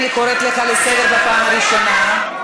אני קוראת אותך לסדר פעם ראשונה.